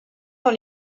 dans